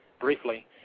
briefly